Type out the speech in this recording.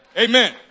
Amen